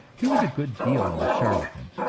he was a good deal of a charlatan,